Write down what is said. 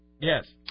Yes